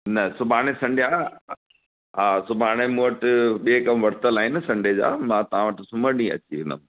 न सुभाणे संडे आहे हा सुभाणे मूं वटि ॿिए कमु वरितल आहिनि संडे जा मां तव्हां वटि सूमरु ॾींहुं अची वेंदमि